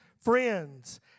friends